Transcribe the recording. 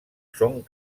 són